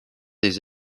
des